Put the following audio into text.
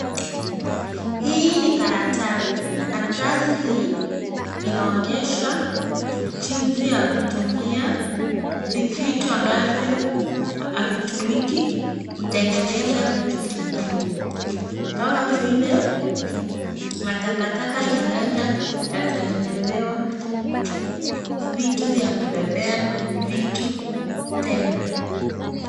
Hii ni karatasi, karatasi hii inaonyesha jinsi ya kutumia vitu ambavyo havitumiki kutengeneza vitu vingine, kama vile matakataka inaweza ikatengenezewa vitu vya kubebea vitu tena.